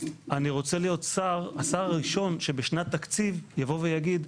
אני רוצה להיות השר הראשון שבשנת תקציב יגיד: